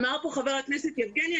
אמר פה חבר הכנסת יבגני,